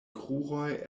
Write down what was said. kruroj